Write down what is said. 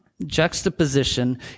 juxtaposition